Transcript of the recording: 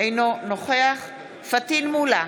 אינו נוכח פטין מולא,